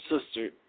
sister